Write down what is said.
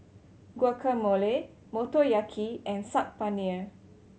Guacamole Motoyaki and Saag Paneer